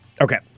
okay